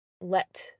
let